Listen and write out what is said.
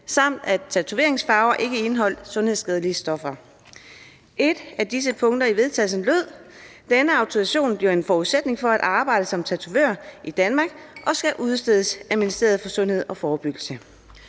samt at tatoveringsfarver ikke indeholdt sundhedsskadelige stoffer. Et af disse punkter i forslaget til vedtagelse lød: »Denne autorisation bliver en forudsætning for at arbejde som tatovør i Danmark og skal udstedes af Ministeriet for Sundhed og Forebyggelse«.